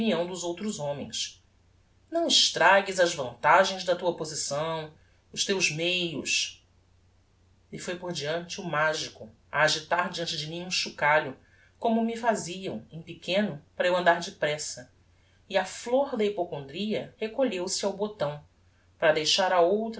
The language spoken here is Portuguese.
opinião dos outros homens não estragues as vantagens da tua posição os teus meios e foi por deante o magico a agitar deante de mim um chocalho como me faziam em pequeno para eu andar depressa e a flor da hypocondria recolheu-se ao botão para deixar a outra